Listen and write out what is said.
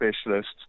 specialists